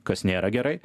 kas nėra gerai